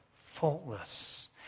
Faultless